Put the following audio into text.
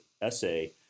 essay